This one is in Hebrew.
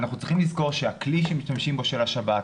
עלינו לזכור שהכלי שמשתמשים בו, של השב"כ,